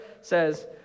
says